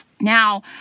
Now